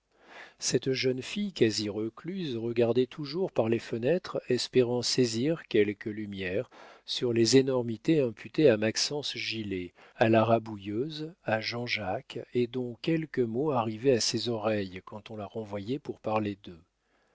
cette jeune fille quasi recluse regardait toujours par les fenêtres espérant saisir quelque lumière sur les énormités imputées à maxence gilet à la rabouilleuse à jean-jacques et dont quelques mots arrivaient à ses oreilles quand on la renvoyait pour parler d'eux